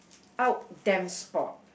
out damn spot